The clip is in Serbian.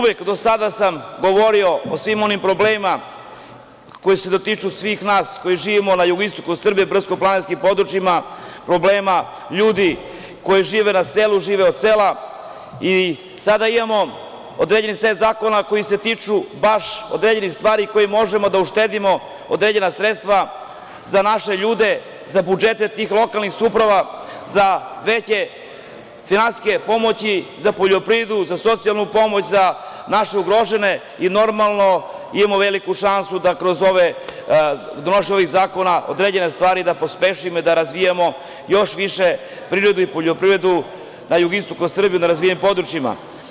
Do sada sam uvek govorio o svim onim problemima koji se dotiču svih nas koji živimo na jugoistoku Srbije, brdsko planinskim područjima, problema ljudi koji žive na selu, žive od sela i sada imamo određen set zakona koji se tiču baš određenih stvari koje možemo da uštedimo, određena sredstva za naše ljude, za budžete tih lokalnih samouprava, za veće finansijske pomoći, za poljoprivredu, za socijalnu pomoć, za naše ugrožene i normalno, imamo veliku šansu da donošenjem ovih zakona određene stvari da pospešujemo i da razvijemo još više privredu i poljoprivredu, na jugoistoku Srbije u nerazvijenim područjima.